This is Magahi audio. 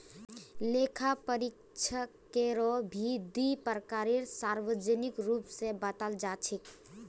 लेखा परीक्षकेरो भी दी प्रकार सार्वजनिक रूप स बताल जा छेक